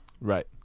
right